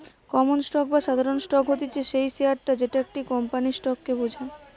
common stock বা সাধারণ stock হতিছে সেই শেয়ারটা যেটা একটা কোম্পানির স্টক কে বোঝায়